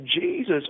Jesus